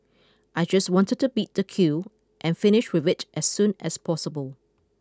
I just wanted to beat the queue and finish with it as soon as possible